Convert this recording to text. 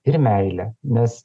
ir meilę nes